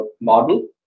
model